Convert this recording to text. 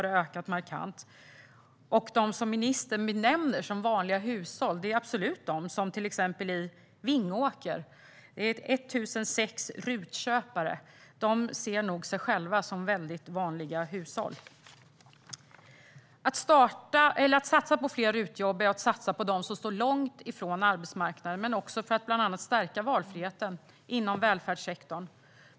De hushåll som ministern nämner är till exempel de 1 006 RUT-köparna i Vingåker, som nog ser sig själva som väldigt vanliga hushåll. Att satsa på fler RUT-jobb är att satsa på dem som står långt från arbetsmarknaden men också att bland annat stärka valfriheten inom välfärdssektorn.